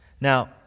Now